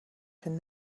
can